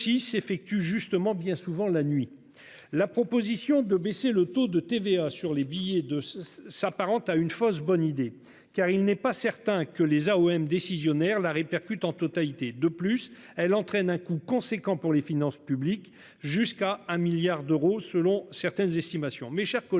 ceci s'effectue justement bien souvent la nuit. La proposition de baisser le taux de TVA sur les billets de s'apparente à une fausse bonne idée car il n'est pas certain que les AOM décisionnaires la répercute en totalité. De plus, elle entraîne un coût conséquent pour les finances publiques jusqu'à un milliard d'euros selon certaines estimations,